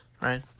right